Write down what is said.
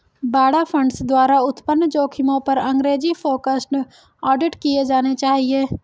बाड़ा फंड्स द्वारा उत्पन्न जोखिमों पर अंग्रेजी फोकस्ड ऑडिट किए जाने चाहिए